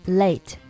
late